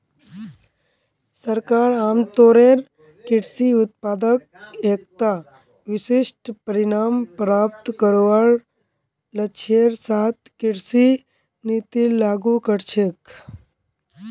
सरकार आमतौरेर कृषि उत्पादत एकता विशिष्ट परिणाम प्राप्त करवार लक्ष्येर साथ कृषि नीतिर लागू कर छेक